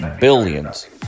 billions